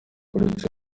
uretse